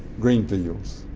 green fields.